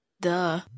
Duh